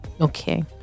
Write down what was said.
okay